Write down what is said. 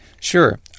Sure